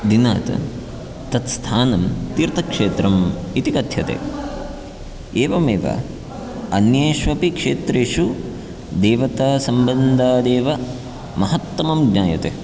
दिनात् तत्स्थानं तीर्थक्षेत्रम् इति कथ्यते एवमेव अन्येष्वपि क्षेत्रेषु देवतासम्बन्धादेव महत्तमं ज्ञायते